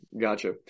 gotcha